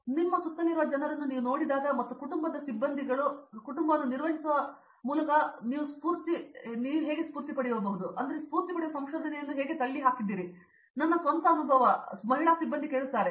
ಆದರೆ ಇಲ್ಲಿ ನಿಮ್ಮ ಸುತ್ತಲಿರುವ ಜನರನ್ನು ನೀವು ನೋಡಿದಾಗ ಮತ್ತು ಕುಟುಂಬದ ಸಿಬ್ಬಂದಿಗಳು ಕುಟುಂಬವನ್ನು ನಿರ್ವಹಿಸುವ ಮೂಲಕ ಮತ್ತು ನೀವು ಸ್ಫೂರ್ತಿ ಪಡೆಯುವ ಸಂಶೋಧನೆಯನ್ನು ಹೇಗೆ ತಳ್ಳಿಹಾಕಿದ್ದಾರೆ ಎಂಬ ಬಗ್ಗೆ ತನ್ನ ಸ್ವಂತ ಅನುಭವವನ್ನು ಮಹಿಳಾ ಸಿಬ್ಬಂದಿ ಕೇಳುತ್ತಾರೆ